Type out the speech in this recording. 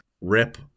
Rip